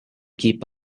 keep